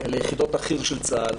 ליחידות החי"ר של צה"ל